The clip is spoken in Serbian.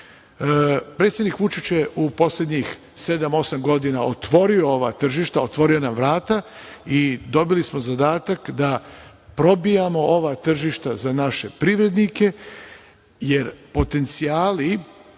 Afrike. Predsednik Vučić je u poslednjih sedam, osam godina otvorio ova tržišta, otvorio nam vrata i dobili smo zadatak da probijamo ova tržišta za naše privrednike jer potencijali